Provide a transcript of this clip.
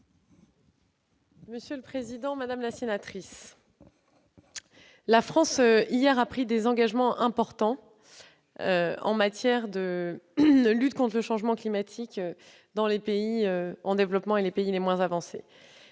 la secrétaire d'État. Madame la sénatrice, la France a pris hier des engagements importants en matière de lutte contre le changement climatique dans les pays en développement et les pays les moins avancés.